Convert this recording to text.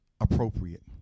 appropriate